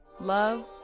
love